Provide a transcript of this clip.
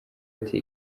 ati